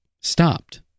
stopped